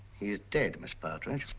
he's dead, miss pattridge.